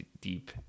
deep